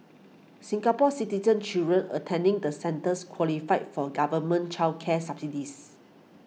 Singapore Citizen children attending the centres qualify for government child care subsidies